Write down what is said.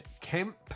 Kemp